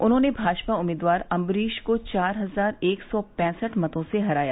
उन्होंने भाजपा उम्मीदवार अम्बरीश को चार हजार एक सौ पैंसठ मतों से हराया